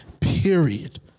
Period